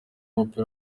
w’umupira